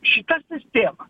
šįkart įspėjama